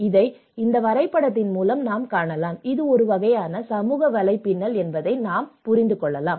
இதை இந்த வரைபடத்தின் மூலம் நாம் காணலாம் இது ஒரு வகையான சமூக வலைப்பின்னல் என்பதை நாம் காணலாம்